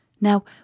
Now